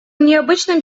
необычным